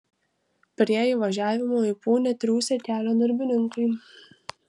prie įvažiavimo į punią triūsė kelio darbininkai